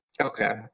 Okay